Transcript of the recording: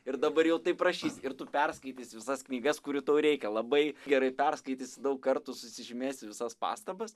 ir dabar jau taip rašysi ir tu perskaitysi visas knygas kurių tau reikia labai gerai perskaitys daug kartų susižymėsi visas pastabas